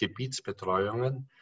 Gebietsbetreuungen